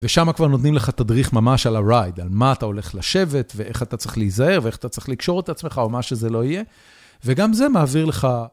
ושמה כבר נותנים לך תדריך ממש על ה-ride, על מה אתה הולך לשבת, ואיך אתה צריך להיזהר, ואיך אתה צריך לקשור את עצמך, או מה שזה לא יהיה. וגם זה מעביר לך...